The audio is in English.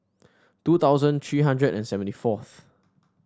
two thousand three hundred and seventy fourth